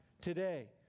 today